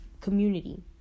community